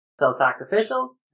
self-sacrificial